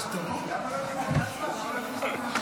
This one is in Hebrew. הייתה הצבעה.